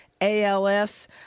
ALS